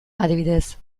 adibidez